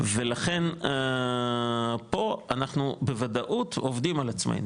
ולכן פה אנחנו בוודאות עובדים על עצמינו